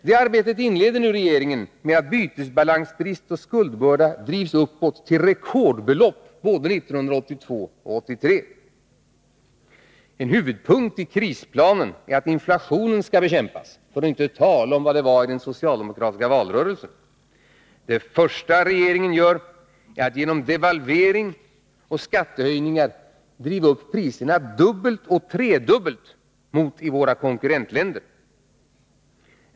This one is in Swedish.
Det arbetet inleder regeringen nu med att bytesbalansbrist och skuldbörda drivs till rekordbelopp både 1982 och 1983. En huvudpunkt i krisplanen — för att inte tala om vad det var i den socialdemokratiska valrörelsen — är att inflationen skall bekämpas. Det första regeringen gör är att genom devalvering och skattehöjningar driva upp priserna dubbelt och tredubbelt mot i våra konkurrentländer.